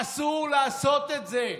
אסור לעשות את זה.